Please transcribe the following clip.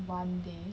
one day